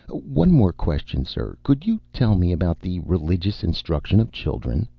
one more question, sir. could you tell me about the religious instruction of children?